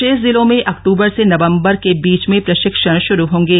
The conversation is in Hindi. शेष जिलों में अक्टूबर से नवम्बर के बीच में प्रशिक्षण शुरू होंगे